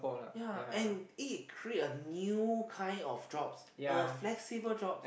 ya and it create a new kind of jobs a flexible jobs